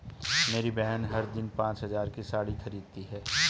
मेरी बहन हर दिन पांच हज़ार की साड़ी खरीदती है